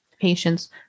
patients